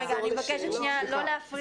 אני מבקשת שנייה לא להפריע,